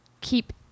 keep